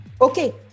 Okay